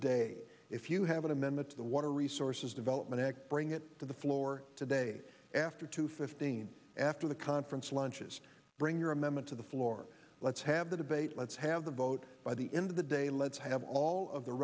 day if you have an amendment to the water resources development and bring it to the floor today after two fifteen after the conference lunches bring your amendment to the floor let's have the debate let's have a vote by the end of the day let's have all of the